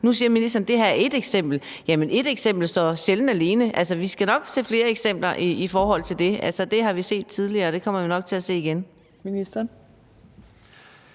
det her er ét eksempel, men ét eksempel står sjældent alene. Altså, vi skal nok se flere eksempler på det. Det har vi set tidligere, og det kommer vi nok til at se igen. Kl.